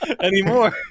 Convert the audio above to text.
anymore